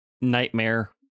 Nightmare